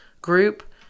group